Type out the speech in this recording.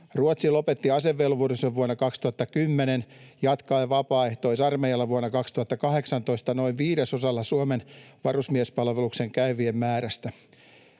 Ruotsi lopetti asevelvollisuuden vuonna 2010 jatkaen vapaaehtoisarmeijalla, vuonna 2018 noin viidesosalla Suomen varusmiespalveluksen käyvien määrästä.